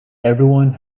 everyone